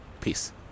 Peace